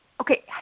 okay